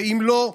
ואם לא,